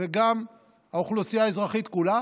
וגם של האוכלוסייה האזרחית כולה